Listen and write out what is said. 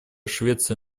швеции